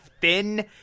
thin